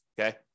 Okay